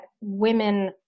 women